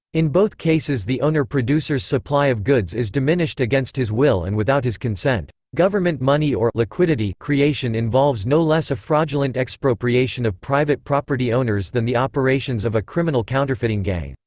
in both cases the owner-producer's supply of goods is diminished against his will and without his consent. government money or liquidity creation involves no less a fraudulent expropriation of private property owners than the operations of a criminal counterfeiting gang.